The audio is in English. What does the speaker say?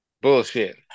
bullshit